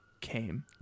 came